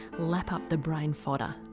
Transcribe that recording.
lap up the brain fodder.